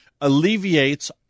alleviates